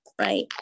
right